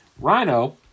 Rhino